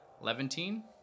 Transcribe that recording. Levantine